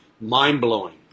mind-blowing